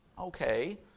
Okay